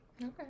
Okay